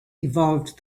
evolved